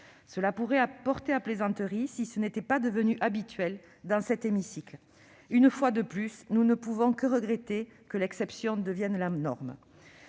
Cela pourrait porter à plaisanterie, si ce n'était pas devenu habituel dans cet hémicycle. Hélas ! Une fois de plus, nous ne pouvons que regretter que l'exception devienne la norme.